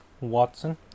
Watson